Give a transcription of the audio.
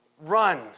run